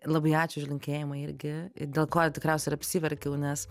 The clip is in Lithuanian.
labai ačiū už linkėjimą irgi dėl ko tikriausiai ir apsiverkiau nes